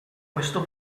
questo